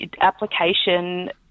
application